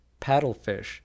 paddlefish